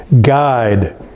guide